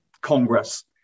Congress